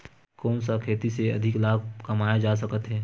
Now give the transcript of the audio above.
कोन सा खेती से अधिक लाभ कमाय जा सकत हे?